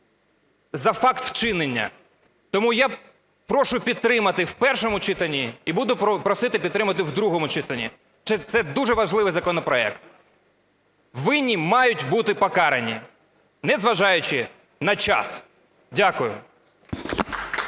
за факт вчинення. Тому я прошу підтримати в першому читанні і буду просити підтримати в другому читанні. Це дуже важливий законопроект. Винні мають бути покарані, не зважаючи на час. Дякую.